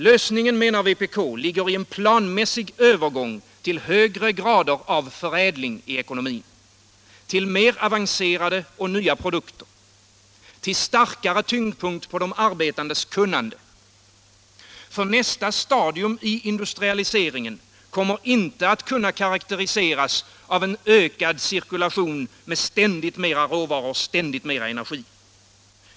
Lösningen, säger vpk, ligger i en planmässig övergång till högre grader av förädling i ekonomin, till mer avancerade och nya produkter och till starkare tyngdpunkt på de arbetandes kunnande. Nästa stadium i industrialiseringen kommer nämligen inte att kunna karakteriseras av ökad cirkulation med ständigt mer råvaror och energi.